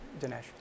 Dinesh